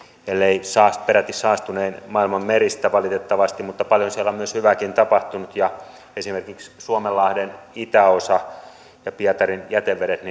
ellei peräti saastunein maailman meristä valitettavasti mutta siellä on paljon hyvääkin tapahtunut esimerkiksi suomenlahden itäosa ja pietarin jätevedet